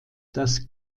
das